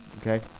Okay